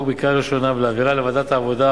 בקריאה ראשונה ולהעבירה לוועדת העבודה,